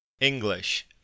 English